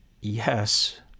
yes